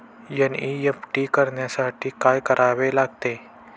NEFT करण्यासाठी काय करावे लागते?